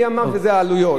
מי אמר שזה העלויות?